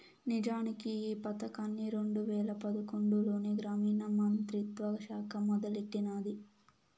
నిజానికి ఈ పదకాన్ని రెండు వేల పదకొండులోనే గ్రామీణ మంత్రిత్వ శాఖ మొదలెట్టినాది